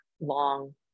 long